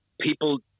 people